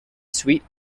suite